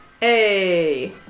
Hey